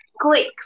click